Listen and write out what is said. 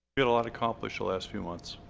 got a lot accomplished the last few months.